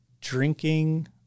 drinking